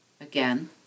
again